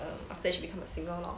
after that she became a singer lor